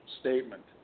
statement